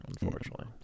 Unfortunately